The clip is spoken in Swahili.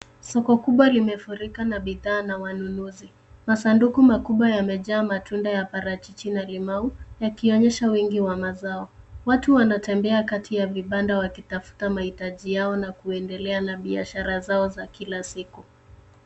Soko kubwa limefurika na bidhaa na wanunuzi. Masanduku makubwa yamejaa matunda ya parachichi na limau, yakionyesha wingi wa mazao. Watu wanatembea kati ya vibanda wakitafuta mahitaji yao na kuendelea na biashara zao za kila siku.